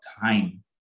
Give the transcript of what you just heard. time